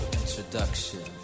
introduction